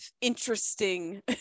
interesting